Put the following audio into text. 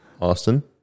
Austin